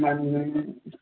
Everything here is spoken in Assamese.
মানে